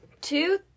two